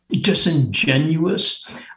disingenuous